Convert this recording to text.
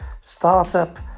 Startup